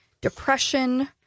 depression